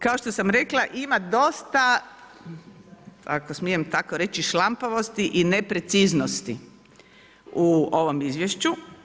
Kao što sam rekla, ima dosta, ako smijem tako reći, šlampavosti i nepreciznosti u ovom izvješću.